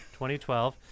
2012